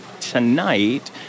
tonight